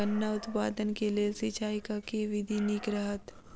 गन्ना उत्पादन केँ लेल सिंचाईक केँ विधि नीक रहत?